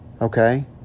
Okay